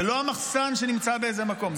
זה לא המחסן שנמצא באיזה מקום.